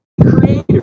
creator